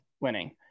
Winning